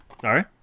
Sorry